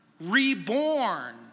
reborn